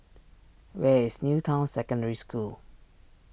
where is New Town Secondary School